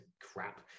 crap